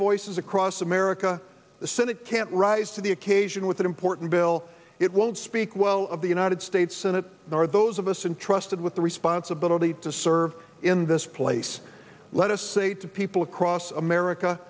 voices across america the senate can't rise to the occasion with an important bill it won't speak well of the united states senate nor those of us and trusted with the responsibility to serve in this place let us say to people across america